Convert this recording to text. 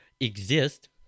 exist